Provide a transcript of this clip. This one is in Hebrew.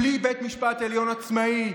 בלי בית משפט עליון עצמאי,